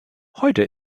heute